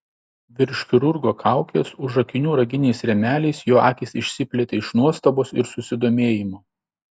virš chirurgo kaukės už akinių raginiais rėmeliais jo akys išsiplėtė iš nuostabos ir susidomėjimo